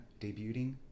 debuting